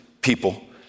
people